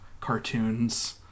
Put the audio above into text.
cartoons